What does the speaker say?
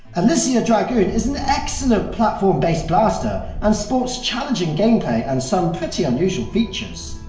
alisia dragoon is an excellent platform-based blaster and sports challenging gameplay and some pretty unusual features.